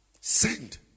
Send